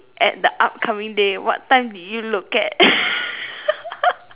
at the upcoming day what time do you look at